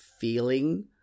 feeling